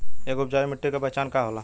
एक उपजाऊ मिट्टी के पहचान का होला?